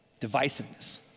Divisiveness